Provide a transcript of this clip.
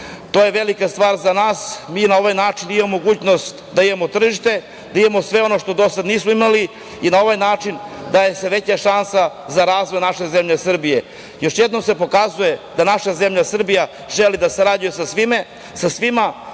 to je velika stvar za nas. Mi na ovaj način imamo mogućnost da imamo tržište, da imamo sve ono što do sada nismo imali i na ovaj način daje se veća šansa za razvoj naše zemlje Srbije. Još jednom se pokazuje da naša zemlja Srbija želi da sarađuje sa svima,